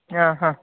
हां हां